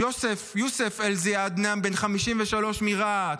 יוסף אלזיאדנה, בן 53, מרהט,